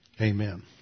Amen